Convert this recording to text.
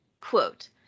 quote